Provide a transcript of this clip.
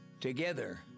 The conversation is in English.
Together